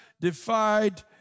defied